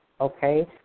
okay